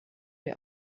der